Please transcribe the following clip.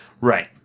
right